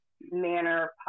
manner